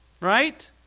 Right